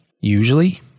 Usually